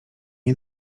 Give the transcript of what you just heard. jej